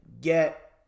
get